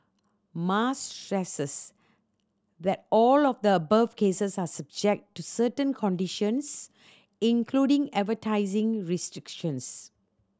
Mas stresses that all of the above cases are subject to certain conditions including advertising restrictions